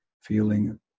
feeling